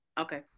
Okay